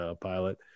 pilot